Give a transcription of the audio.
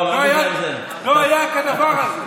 לא היה כדבר הזה.